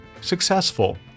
successful